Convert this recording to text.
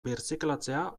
birziklatzea